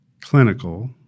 clinical